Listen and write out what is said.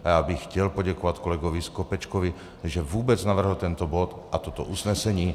A já bych chtěl poděkovat kolegovi Skopečkovi, že vůbec navrhl tento bod a toto usnesení.